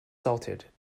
salted